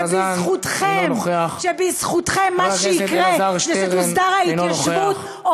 שבזכותכם מה שיקרה זה שתוסדר ההתיישבות,